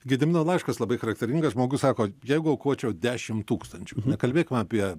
gedimino laiškas labai charakteringas žmogus sako jeigu aukočiau dešimt tūkstančių nekalbėkim apie